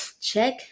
check